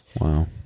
wow